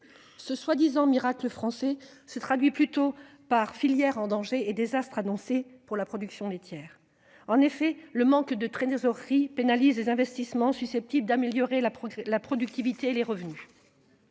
Ce soi-disant miracle français se traduit plutôt par filière en danger et désastre annoncé pour la production laitière en effet le manque de trésorerie pénalise les investissements susceptibles d'améliorer la la productivité et les revenus.